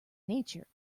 nature